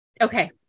okay